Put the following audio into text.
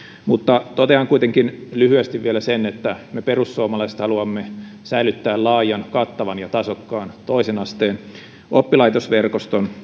mutta totean kuitenkin lyhyesti vielä sen että me perussuomalaiset haluamme säilyttää laajan kattavan ja tasokkaan toisen asteen oppilaitosverkoston